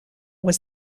was